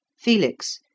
Felix